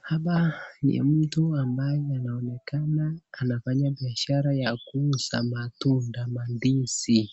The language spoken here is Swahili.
Hapa ni mtu ambaye anaonekana anafanya biashara ya kuuza matunda, mandizi